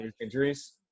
injuries